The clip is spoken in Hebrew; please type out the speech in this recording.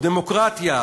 דמוקרטיה,